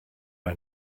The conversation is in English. own